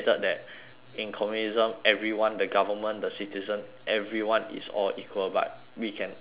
in communism everyone the government the citizen everyone is all equal but we can see